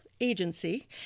Agency